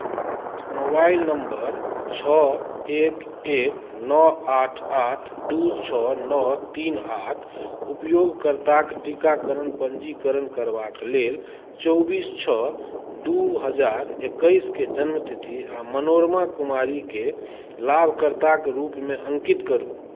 mobile नम्बर छओ एक एक नओ आठ आठ दू छओ नओ तीन आठ उपयोगकर्ताक टीकाकरण पञ्जीकरण करबाक लेल चौबीस छओ दू हजार एकैसके जन्मतिथि आ मनोरमा कुमारीकेँ लाभकर्ताक रूपमे अङ्कित करू